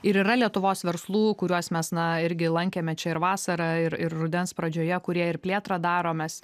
ir yra lietuvos verslų kuriuos mes na irgi lankėme čia ir vasarą ir ir rudens pradžioje kurie ir plėtrą daromės